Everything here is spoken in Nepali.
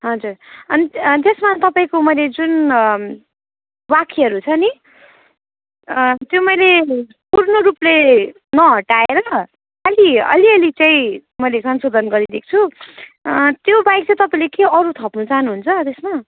हजुर अनि त्यसमा तपाईँको मैले जुन वाक्यहरू छ नि त्यो मैले पूर्ण रूपले नहटाएर अलि अलिअलि चाहिँ मैले संशोधन गरिदिएको छु त्योबाहेक चाहिँ तपाईँले के अरू थप्नु चाहनुहुन्छ त्यसमा